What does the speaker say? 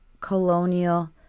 colonial